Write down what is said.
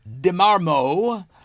DeMarmo